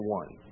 one